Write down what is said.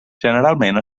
generalment